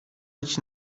być